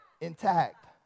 intact